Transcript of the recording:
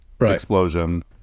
explosion